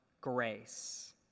grace